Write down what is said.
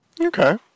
Okay